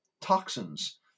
toxins